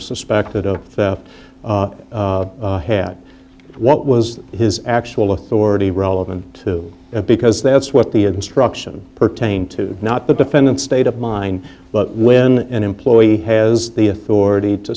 suspected of theft had what was his actual authority relevant to it because that's what the instruction pertain to not the defendant's state of mind but when an employee has the authority to